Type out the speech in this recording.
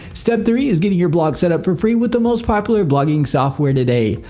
step three is getting your blog set up for free with the most popular blogging software today.